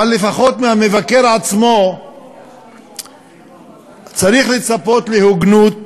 אבל לפחות מהמבקר עצמו צריך לצפות להוגנות